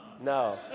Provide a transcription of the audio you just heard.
no